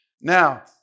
Now